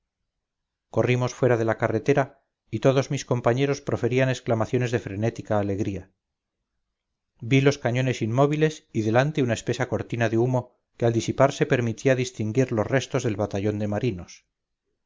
corrimos fuera de la carretera y todos mis compañeros proferían exclamaciones de frenética alegría vi los cañones inmóviles y delante una espesa cortina de humo que al disiparse permitía distinguir los restos del batallón de marinos